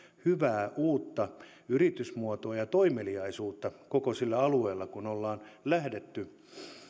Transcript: hyvää uutta yritysmuotoa ja toimeliaisuutta koko sillä alueella kun on lähdetty